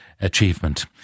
achievement